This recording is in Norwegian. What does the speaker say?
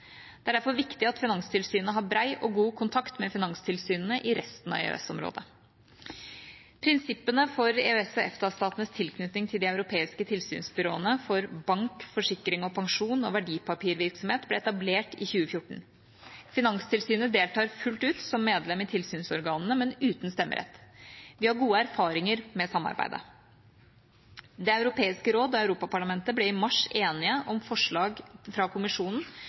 Det er derfor viktig at Finanstilsynet har bred og god kontakt med finanstilsynene i resten av EØS-området. Prinsippene for EØS/EFTA-statenes tilknytning til de europeiske tilsynsbyråene for bank-, forsikring og pensjons- og verdipapirvirksomhet ble etablert i 2014. Finanstilsynet deltar fullt ut som medlem i tilsynsorganene, men uten stemmerett. Vi har gode erfaringer med samarbeidet. Det europeiske råd og Europaparlamentet ble i mars enige om forslag fra Kommisjonen